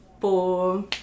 four